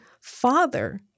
father